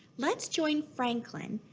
let's join franklin,